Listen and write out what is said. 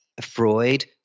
Freud